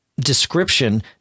description